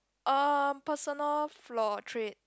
uh personal flaw trait